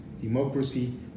democracy